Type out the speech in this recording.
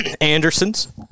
Andersons